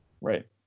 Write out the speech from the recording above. Right